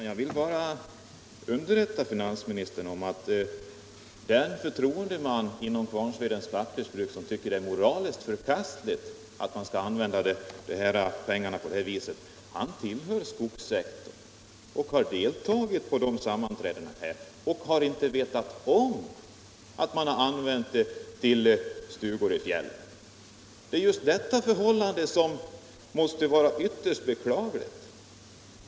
Herr talman! Jag vill underrätta finansministern om att den förtroendeman inom Kvarnsvedens pappersbruk som tycker det är moraliskt förkastligt att använda pengarna på det viset tillhör skogssektorn och har deltagit i dessa sammanträden, men då inte vetat om att man använt pengarna till stugor i fjällen. Det är just detta som är ytterst beklagligt.